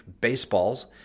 baseballs